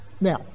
Now